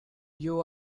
you